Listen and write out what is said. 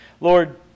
Lord